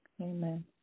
Amen